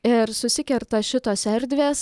ir susikerta šitos erdvės